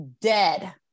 dead